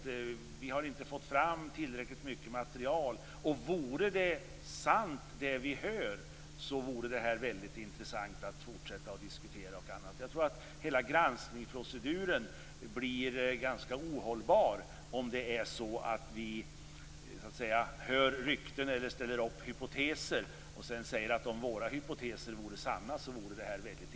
Man säger att vi inte har fått fram tillräckligt mycket material, men om det man hör vore sant skulle det vara väldigt intressant att fortsätta diskutera. Jag tror att hela granskningsproceduren blir ganska ohållbar om vi gör så. Vi hör rykten eller ställer upp hypoteser och säger sedan att det vore väldigt intressant om hypoteserna vore sanna.